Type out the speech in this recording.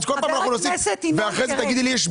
אחרי זה תגידי שיש בלאי ושצריך להוסיף.